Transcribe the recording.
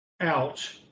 out